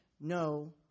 No